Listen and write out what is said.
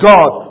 God